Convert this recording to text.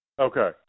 Okay